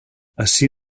ací